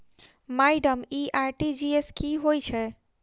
Madam इ RTGS की होइ छैय?